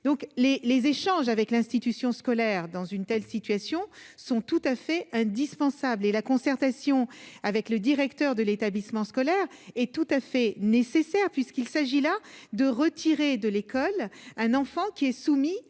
les échanges avec l'institution scolaire dans une telle situation, sont tout à fait indispensable et la concertation avec le directeur de l'établissement scolaire est tout à fait nécessaire puisqu'il s'agit là de retirer de l'école, un enfant qui est soumis à